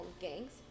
gangs